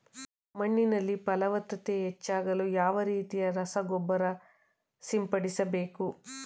ಮಣ್ಣಿನಲ್ಲಿ ಫಲವತ್ತತೆ ಹೆಚ್ಚಾಗಲು ಯಾವ ರೀತಿಯ ರಸಗೊಬ್ಬರ ಸಿಂಪಡಿಸಬೇಕು?